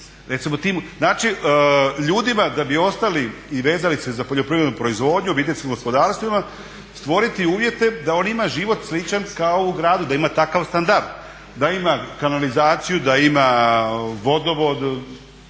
Znači, ljudima da bi ostali i vezali se za poljoprivrednu proizvodnju, vidjeli smo u gospodarstvima, stvoriti uvjete da on ima život sličan kao u gradu, da ima takav standard, da ima kanalizaciju, da ima vodovod,